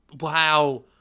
Wow